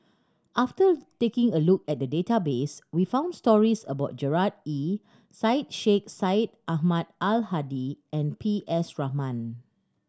after taking a look at the database we found stories about Gerard Ee Syed Sheikh Syed Ahmad Al Hadi and P S Raman